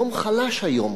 יום חלש היום,